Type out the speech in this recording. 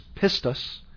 pistos